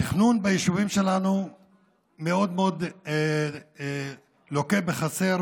התכנון ביישובים שלנו מאוד מאוד לוקה בחסר,